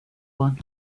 one